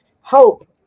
hope